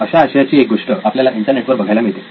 अशा आशयाची एक गोष्ट आपल्याला इंटरनेटवर बघायला मिळते